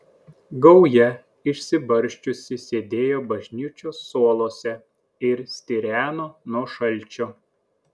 gauja išsibarsčiusi sėdėjo bažnyčios suoluose ir stireno nuo šalčio